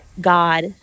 God